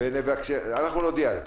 אנחנו נודיע.